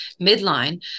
midline